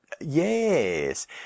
Yes